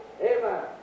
Amen